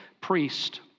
priest